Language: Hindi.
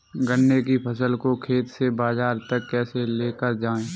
गन्ने की फसल को खेत से बाजार तक कैसे लेकर जाएँ?